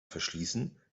verschließen